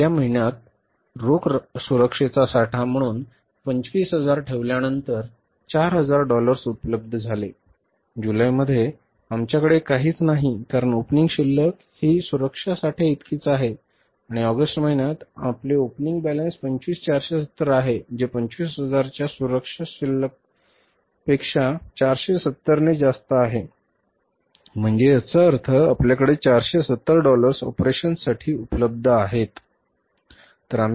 पहिल्या महिन्यात रोख सुरक्षेचा साठा म्हणून 25000 ठेवल्यानंतर 4000 डॉलर्स उपलब्ध झाले जुलैमध्ये आमच्याकडे काहीच नाही कारण ओपनिंग शिल्लक ही सुरक्षा साठ्या इतकीच आहे आणि ऑगस्ट महिन्यात आपले opening balance 25470 आहे जे हे 25000 च्या सुरक्षा शिल्लकपेक्षा 470 ने जास्त आहे म्हणजे याचा अर्थ आता आपल्याकडे 470 डॉलर्स ऑपरेशन्ससाठी उपलब्ध आहे